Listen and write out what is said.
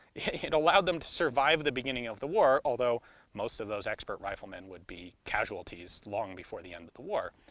it allowed them to survive the beginning of the war. although most of those expert riflemen would be casualties long before the end of the war.